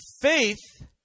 faith